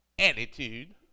Attitude